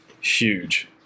Huge